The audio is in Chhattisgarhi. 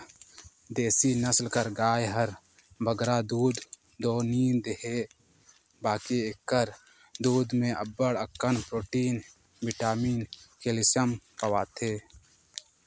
देसी नसल कर गाय हर बगरा दूद दो नी देहे बकि एकर दूद में अब्बड़ अकन प्रोटिन, बिटामिन, केल्सियम पवाथे